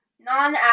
Non